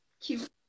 cute